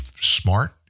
smart